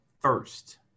first